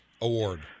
award